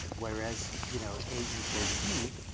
whereas, you know, a equals b,